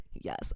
Yes